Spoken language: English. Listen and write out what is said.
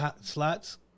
Slots